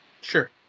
Sure